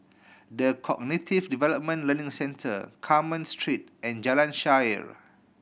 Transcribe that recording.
The Cognitive Development Learning Centre Carmen Street and Jalan Shaer